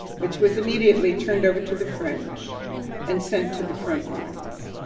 which was immediately turned over to the french and sent to the front lines.